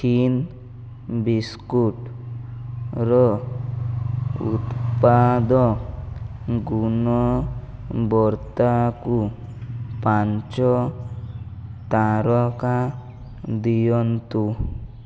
thin ବିସ୍କୁଟ୍ର ଉତ୍ପାଦ ଗୁଣବତ୍ତାକୁ ପାଞ୍ଚ ତାରକା ଦିଅନ୍ତୁ